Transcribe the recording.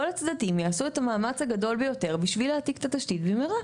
כל הצדדים יעשו את המאמץ הגדול ביותר בשביל להעתיק את התשתית במהרה.